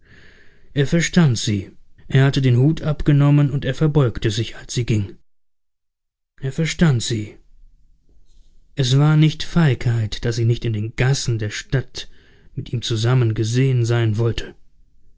er verstand sie er hatte den hut abgenommen und er verbeugte sich als sie ging er verstand sie es war nicht feigheit daß sie nicht in den gassen der stadt mit ihm zusammen gesehen sein wollte